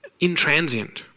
intransient